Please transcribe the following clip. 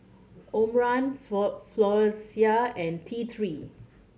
Omron Floxia and T Three